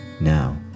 Now